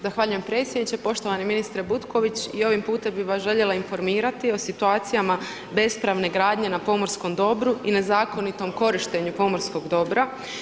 Zahvaljujem predsjedniče, poštovani ministre Butković i ovim putem bih vas željela informirati o situacijama bespravne gradnje na pomorskom dobru i na zakonitom korištenju pomorskog dobra.